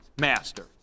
master